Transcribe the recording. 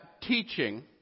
Teaching